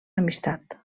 amistat